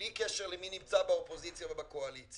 בלי קשר למי נמצא באופוזיציה או בקואליציה,